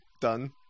done